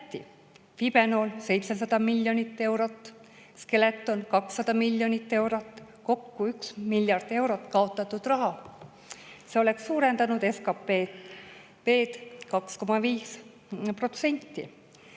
Fibenoli 700 miljonit eurot, Skeletoni 200 miljonit eurot – kokku 1 miljard eurot kaotatud raha. See oleks suurendanud SKP‑d 2,5%.